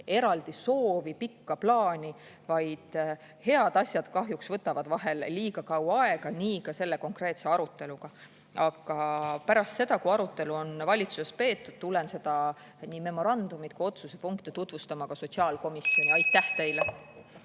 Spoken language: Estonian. eraldi soovi ega pikka plaani, vaid head asjad kahjuks võtavad vahel liiga kaua aega, nii on ka selle konkreetse aruteluga. Aga pärast seda, kui arutelu on valitsuses peetud, tulen seda – nii memorandumit kui ka otsuse punkte – tutvustama ka sotsiaalkomisjoni. Aitäh teile!